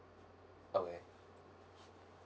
okay